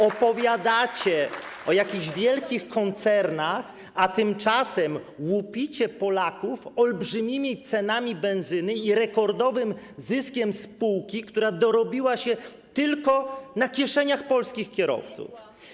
Opowiadacie o jakichś wielkich koncernach, a tymczasem łupicie Polaków olbrzymimi cenami benzyny i rekordowym zyskiem spółki, która dorobiła się tylko na kieszeniach polskich kierowców.